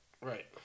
Right